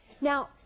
Now